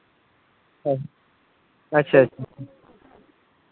ᱚ ᱟᱪᱪᱷᱟ ᱟᱪᱪᱷᱟ